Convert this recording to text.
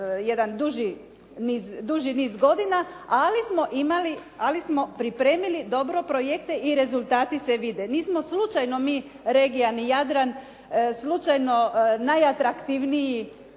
jedan duži niz godina, ali smo pripremili dobro projekte i rezultati se vide. Nismo slučajno mi regija, ni Jadran slučajno najatraktivniji,